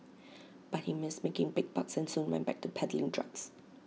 but he missed making big bucks and soon went back to peddling drugs